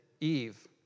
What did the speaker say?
Eve